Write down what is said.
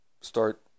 start